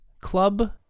Club